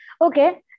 okay